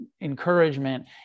encouragement